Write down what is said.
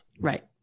Right